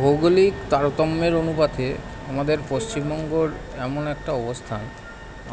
ভৌগোলিক তারতম্যের অনুপাতে আমাদের পশ্চিমবঙ্গের এমন একটা অবস্থান